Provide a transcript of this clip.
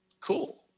cool